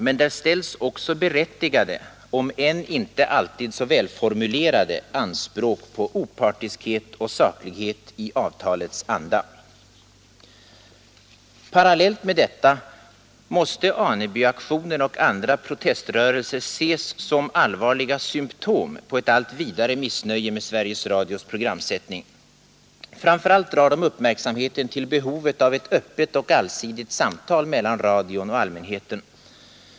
Men där ställs också berättigade, om än inte alltid så välformulerade, anspråk på opartiskhet och saklighet i avtalets anda. Parallellt med detta måste Anebyaktionen och andra proteströrelser ses som allvarliga symtom på ett allt vidare missnöje med Sveriges Radios programsättning. Framför allt drar de uppmärksamheten till behovet av ett öppet och allsidigt samtal mellan radion och allmänheten.